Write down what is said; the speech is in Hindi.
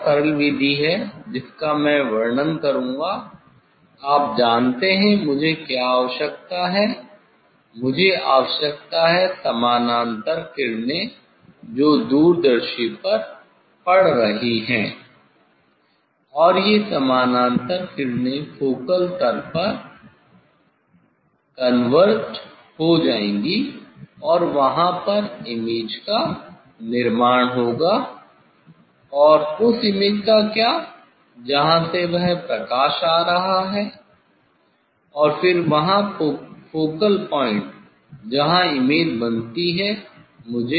यहाँ एक और सरल विधि है जिसका मैं वर्णन करूँगा आप जानते है मुझे क्या आवश्यकता है मुझे आवश्यकता है समानांतर किरणें जो दूरदर्शी पर पड़ रही हैं और ये समानांतर किरणें फोकल तल पर कनवर्जड हो जाएंगी और वहाँ इमेज का निर्माण होगा और उस इमेज का क्या जहाँ से वह प्रकाश आ रहा है और फिर वहाँ फोकल पॉइंट जहां इमेज बनती है